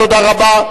תודה רבה.